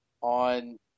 on